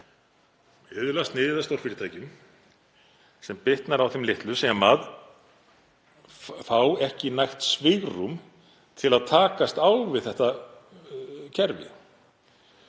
sniðið að stórfyrirtækjum, sem bitnar á þeim litlu sem fá ekki nægt svigrúm til að takast á við kerfið.